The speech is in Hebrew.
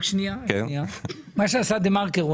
מה שעשה דה-מרקר,